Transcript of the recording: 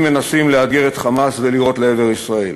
מנסים לאתגר את "חמאס" ולירות לעבר ישראל.